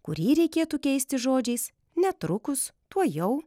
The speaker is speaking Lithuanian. kurį reikėtų keisti žodžiais netrukus tuojau